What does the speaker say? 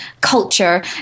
culture